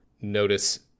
Notice